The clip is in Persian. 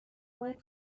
باید